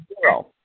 zero